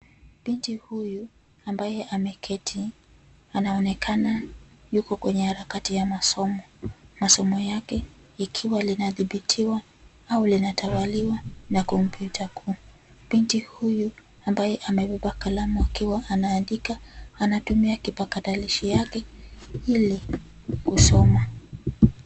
Binti huyu, ambaye ameketi, anaonekana, yuko kwenye harakati ya masomo. Masomo yake, ikiwa linathibitiwa, au linatawaliwa, na kompyuta kuu. Binti huyu, ambaye amebeba kalamu akiwa anaandika, anatumia kipakatalishi yake ili kusoma.